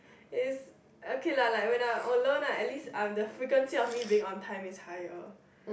is okay lah like when I'm alone lah at least um the frequency of being on time is higher